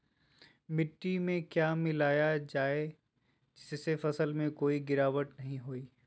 मिट्टी में क्या मिलाया रखा जाए जिससे फसल में कोई गिरावट नहीं होई?